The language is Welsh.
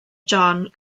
john